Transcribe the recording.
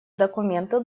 документы